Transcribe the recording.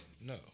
No